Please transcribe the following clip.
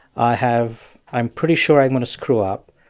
i have i'm pretty sure i'm going to screw up.